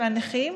של הנכים,